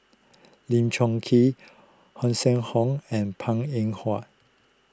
Lim Chong Keat Hanson Ho and Png Eng Huat